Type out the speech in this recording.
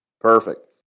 perfect